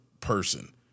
person